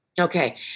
Okay